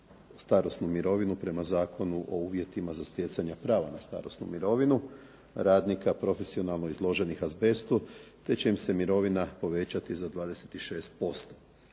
starosnu mirovinu prema Zakonu o uvjetima za stjecanja prava na starosnu mirovinu radnika profesionalno izloženih azbestu te će im se mirovina povećati za 26%,